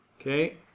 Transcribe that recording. Okay